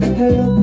hello